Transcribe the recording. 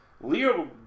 Leo